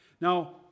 Now